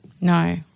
No